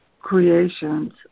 creations